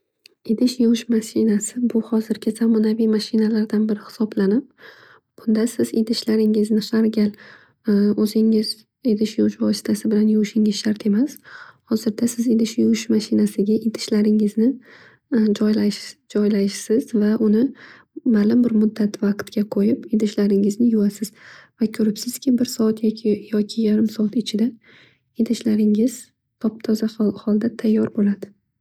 Idish yuvish mashinasi bu hozirgi zamonaviy mashinalardan biri hisoblanib bunda siz idishingizni har gal idish yuvish vositasi bilan yuvish shart emas. Hozirda siz idish yuvish mashinasiga idishlaringizni joylaysiz va uni ma'lum bir muddat vaqtga qo'yib idishlaringizni yuvasiz. Va ko'ribsizki bir soat yoki yarim soat ichida idishlaringiz top toza tayyor holda bo'ladi.